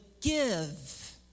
give